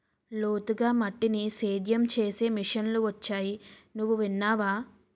లోతుగా మట్టిని సేద్యం చేసే మిషన్లు వొచ్చాయి నువ్వు విన్నావా?